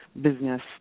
business